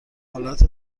حالت